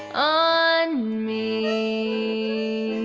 on me